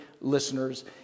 listeners